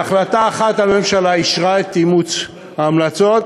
בהחלטה אחת הממשלה אישרה את אימוץ ההמלצות,